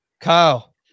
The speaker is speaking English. Kyle